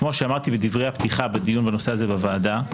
כמו שאמרתי בדברי הפתיחה בדיון בנושא הזה בוועדה,